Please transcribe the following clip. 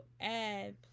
add